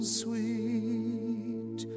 sweet